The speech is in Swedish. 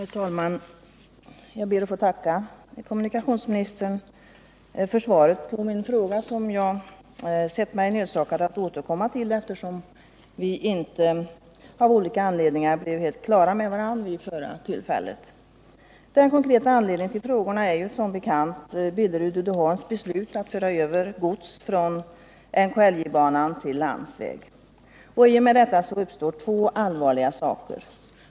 Herr talman! Jag ber att få tacka kommunikationsministern för svaret på min fråga. Jag har sett mig nödsakad att återkomma till denna frågeställning, eftersom vi av olika anledningar inte helt kom till klarhet i denna vid det föregående tillfälle då den togs upp. Den konkreta anledningen till mina frågor är som bekant Billerud Uddeholms beslut att föra över gods från NKLJ-banan till landsväg. Detta beslut får två allvarliga följdverkningar.